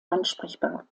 ansprechbar